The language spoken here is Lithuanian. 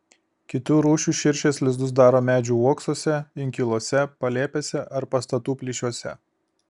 kitų rūšių širšės lizdus daro medžių uoksuose inkiluose palėpėse ar pastatų plyšiuose